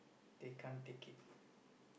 they can't take it